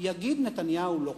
יגיד נתניהו "לא".